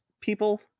people